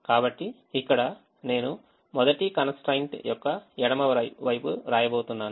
కాబట్టి ఇక్కడ నేను మొదటి కన్స్ ట్రైన్ట్ యొక్క ఎడమ వైపు వ్రాయబోతున్నాను